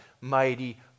mighty